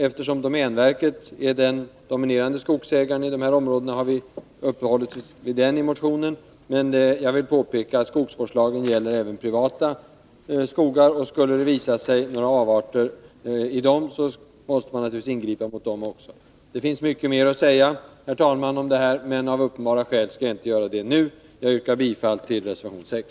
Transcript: Eftersom domänverket är den dominerande skogsägaren i de här områdena, har vi tagit upp domänverket i motionen, men jag vill påpeka att skogsvårdslagen gäller även privata skogar, och skulle det visa sig några avarter där måste man naturligtvis ingripa mot dem också. Det finns mycket mer att säga om det här, herr talman, men av uppenbara skäl skall jag inte göra det nu. Jag yrkar bifall till reservation 6.